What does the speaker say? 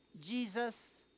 Jesus